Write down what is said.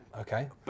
Okay